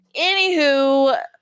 anywho